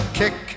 kick